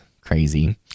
crazy